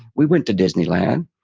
we went to disneyland.